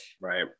right